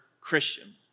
Christians